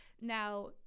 Now